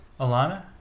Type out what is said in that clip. Alana